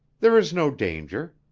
there is no danger.